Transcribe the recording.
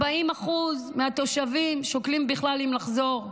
40% מהתושבים שוקלים אם לחזור בכלל.